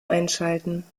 einschalten